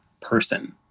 person